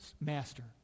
master